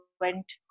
went